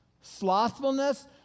Slothfulness